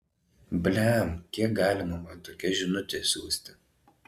blem kiek galima man tokias žinutes siųsti